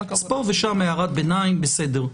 פה ושם הערת ביניים בסדר.